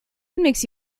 makes